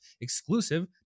exclusive